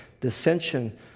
dissension